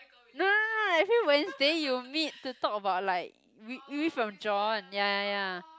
no no no every Wednesday you meet to talk about like w~ we from John ya ya ya